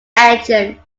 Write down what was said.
engine